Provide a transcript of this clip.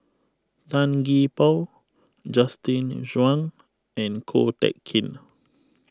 Tan Gee Paw Justin Zhuang and Ko Teck Kin